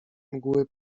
mgły